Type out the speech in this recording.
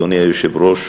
אדוני היושב-ראש,